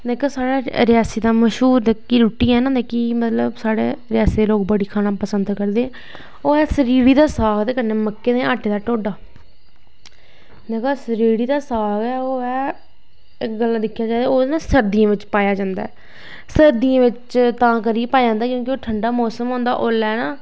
जेह्का साढ़े रियासी दा मश्हूर रुट्टी ऐ ना जेह्की मलव साढ़ा रियासी दे लोग बड़ी खाना पसंद करदे ओह् ऐ सरीड़ी दा साग ते मक्कें दा आटे दा ढोडा जेह्का सरीड़ी दा साग ऐ ओह् ऐ अगर दिक्खेआ जाए तां ओह् सर्दियें च पाया जंदा ऐ सर्दियें च तां करियै पाया जंदा क्योंकि असलै नै